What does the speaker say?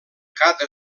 cada